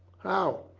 how?